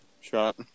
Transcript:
shot